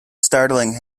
startling